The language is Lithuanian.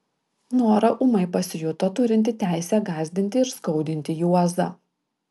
nora ūmai pasijuto turinti teisę gąsdinti ir skaudinti juozą